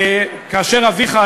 כאשר אביך,